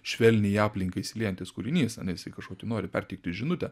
švelniai į aplinką įsiliejantis kūrinys ane jisai kažkokią nori perteikti žinutę